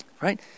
right